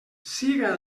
siga